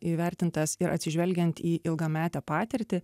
įvertintas ir atsižvelgiant į ilgametę patirtį